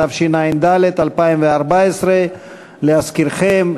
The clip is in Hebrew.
התשע"ד 2014. להזכירכם,